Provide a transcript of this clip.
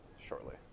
Shortly